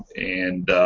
and